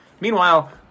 Meanwhile